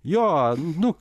jo nu